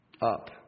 up